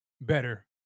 better